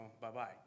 bye-bye